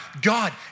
God